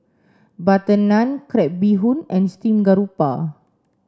butter naan crab bee hoon and steam garoupa